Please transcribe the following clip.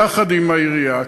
יחד עם העירייה,